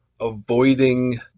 avoiding